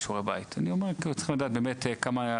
אני אומר צריך לדעת באמת כמה,